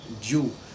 due